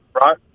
right